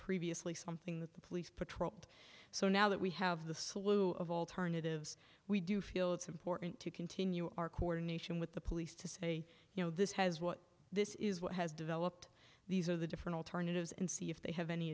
previously something that the police patrolled so now that we have the slew of alternatives we do feel it's important to continue our coordination with the police to say you know this has what this is what has developed these are the different alternatives and see if they have any